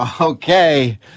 Okay